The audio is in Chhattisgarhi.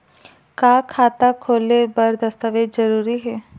का खाता खोले बर दस्तावेज जरूरी हे?